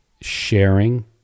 Sharing